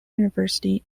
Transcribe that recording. university